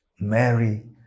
Mary